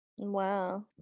Wow